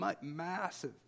massive